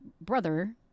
brother